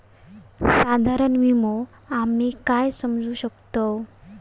साधारण विमो आम्ही काय समजू शकतव?